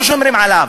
לא שומרים עליו,